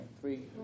Three